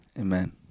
Amen